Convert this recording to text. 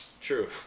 True